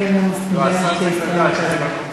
הכנסת צחי הנגבי,